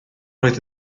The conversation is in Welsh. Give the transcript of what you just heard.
oedd